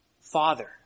Father